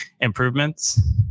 improvements